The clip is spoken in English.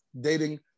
dating